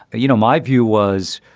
you know, my view was,